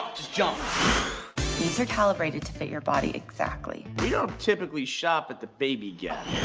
john these are calibrated to fit your body exactly we don't typically shop at the baby gas